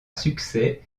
succès